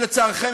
שלצערכם,